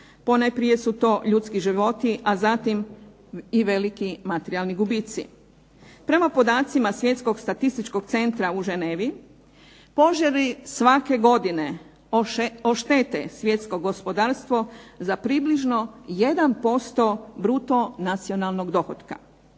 ponajprije su to ljudski životi a zatim i veliki materijalni gubici. Prema podacima Svjetskog statističkog centra u Ženevi požari svake godine oštete svjetsko gospodarstvo za približno 1% bruto nacionalnog dohotka.